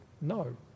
No